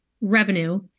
revenue